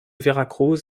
veracruz